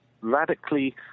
radically